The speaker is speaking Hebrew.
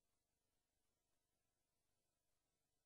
וההטבות, הוא